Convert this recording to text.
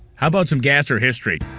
how about some gasser history?